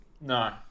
No